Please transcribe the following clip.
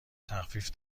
تخفیف